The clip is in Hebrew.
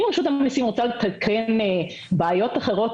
אם רשות המיסים רוצה --- בעיות אחרות